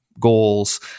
goals